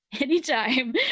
Anytime